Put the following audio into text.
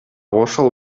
ошол